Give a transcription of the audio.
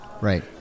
Right